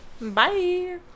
bye